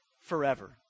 forever